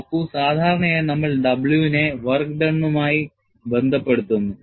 നോക്കൂ സാധാരണയായി നമ്മൾ W നെ വർക്ക് ടണ് ഉമായി ബന്ധപ്പെടുത്തുന്നു